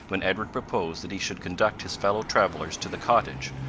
when edward proposed that he should conduct his fellow-travelers to the cottage,